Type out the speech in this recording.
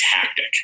tactic